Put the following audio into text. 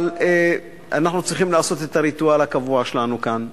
אבל אנחנו צריכים לעשות את הריטואל הקבוע שלנו כאן,